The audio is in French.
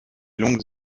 longues